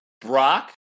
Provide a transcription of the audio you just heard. Brock